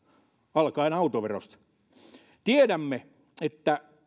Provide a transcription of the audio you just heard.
alkaen autoverosta tiedämme että